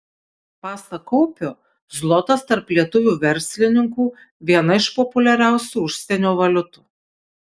pasak kaupio zlotas tarp lietuvių verslininkų viena iš populiariausių užsienio valiutų